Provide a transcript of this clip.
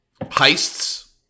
Heists